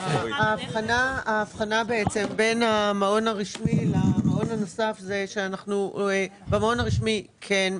ההבחנה בעצם בין המעון הרשמי למעון הנוסף זה שבמעון הרשמי כן,